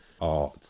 art